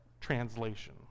translation